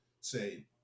say